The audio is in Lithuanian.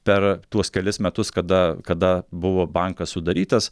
per tuos kelis metus kada kada buvo bankas sudarytas